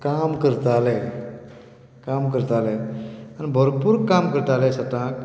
काम करताले काम करताले आनी भरपूर काम करताले सताक